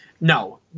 No